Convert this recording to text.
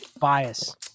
bias